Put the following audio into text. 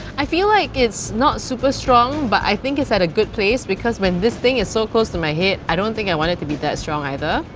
i feel like it's not super strong but i think it's at a good place because when this thing is so close to my head, i don't think i want it to be that strong either.